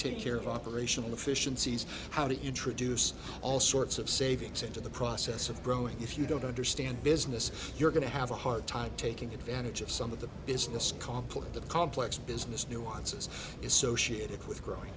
take care of operational efficiencies how to introduce all sorts of savings into the process of growing if you don't understand business you're going to have a hard time taking advantage of some of the business complicate the complex business nuances associated with growing